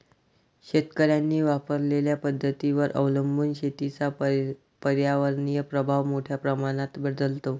शेतकऱ्यांनी वापरलेल्या पद्धतींवर अवलंबून शेतीचा पर्यावरणीय प्रभाव मोठ्या प्रमाणात बदलतो